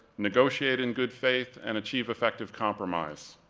negotiate in good faith, and achieve effective compromise.